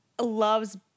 loves